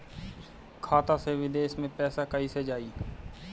खाता से विदेश मे पैसा कईसे जाई?